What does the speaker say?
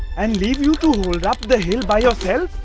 and leave you to hold up the hill by yourself?